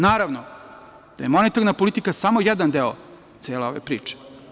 Naravno da je monetarna politika samo jedan deo cele ove priče.